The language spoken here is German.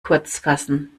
kurzfassen